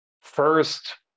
first